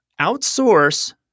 outsource